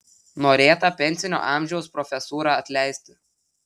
norėta pensinio amžiaus profesūrą atleisti